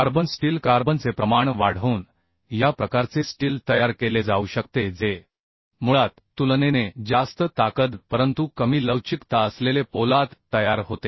carbon steel कार्बनचे प्रमाण वाढवून या प्रकारचे स्टील तयार केले जाऊ शकते जे मुळात तुलनेने जास्त ताकद परंतु कमी लवचिकता असलेले पोलाद तयार होते